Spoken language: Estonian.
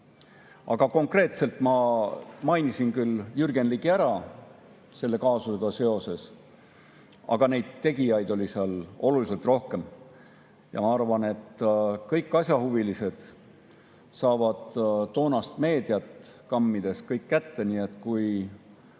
Konkreetselt ma mainisin küll Jürgen Ligi selle kaasusega seoses, aga neid tegijaid oli seal oluliselt rohkem. Ma arvan, et kõik asjahuvilised saavad toonast meediat kammides kõik kätte. Nii et kui